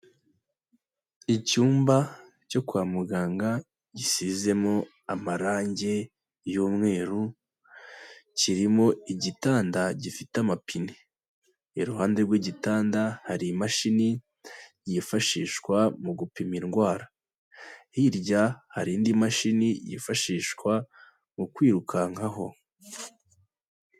Icyumba cyo kwa muganga gisizemo amarangi y'umweru, kirimo igitanda gifite amapine. Iruhande rw'igitanda, hari imashini yifashishwa mu gupima indwara. Hirya hari indi mashini yifashishwa mu kwirukankaho.